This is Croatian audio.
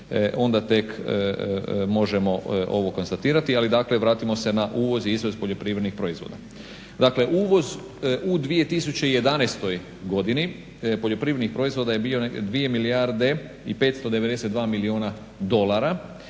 onda tek možemo ovo konstatirati. Ali dakle vratimo se na uvoz i izvoz poljoprivrednih proizvoda. Dakle, uvoz u 2011. godini poljoprivrednih proizvoda je bio 2 milijarde i 592 milijuna dolara.